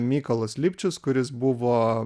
mykolas lipčius kuris buvo